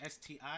STI